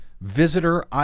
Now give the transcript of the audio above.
Visitor